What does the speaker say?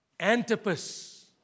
Antipas